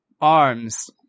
arms